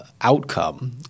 outcome